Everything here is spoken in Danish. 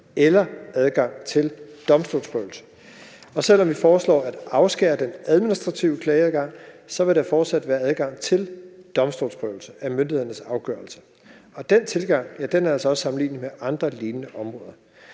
eller adgang til domstolsprøvelse, og selv om vi foreslår at afskære den administrative klageadgang, vil der fortsat være adgang til domstolsprøvelse af myndighedernes afgørelse. Den tilgang er altså også sammenlignelig med andre lignende områder.